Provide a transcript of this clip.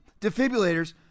defibrillators